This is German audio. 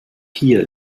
hier